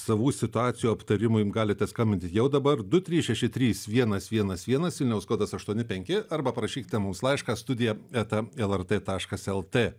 savų situacijų aptarimui galite skambinti jau dabardu trys šeši trys vienas vienas vienas vilniaus kodas aštuoni penki arba parašykite mums laišką studija eta lrt taškas lt